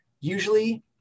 usually